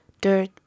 Dirt